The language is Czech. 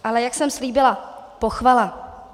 Ale jak jsem slíbila, pochvala.